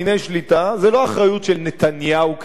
זה לא אחריות של נתניהו כשר האוצר.